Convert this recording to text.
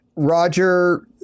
Roger